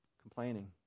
Complaining